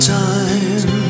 time